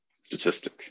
statistic